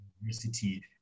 university